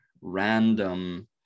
random